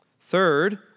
Third